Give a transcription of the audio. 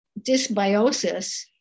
dysbiosis